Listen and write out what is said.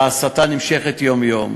וההסתה נמשכת יום-יום.